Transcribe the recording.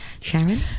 Sharon